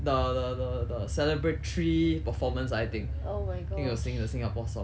the the the the celebratory performance I think I think he was singing the singapore song